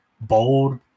bold